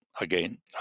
again